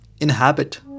inhabit